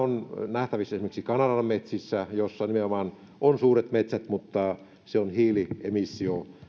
nähtävissä esimerkiksi kanadan metsissä siellä nimenomaan on suuret metsät mutta siellä on hiili emissiota